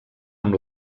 amb